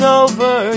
over